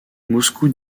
moscou